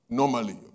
normally